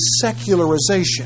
secularization